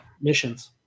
missions